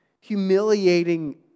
humiliating